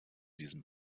diesem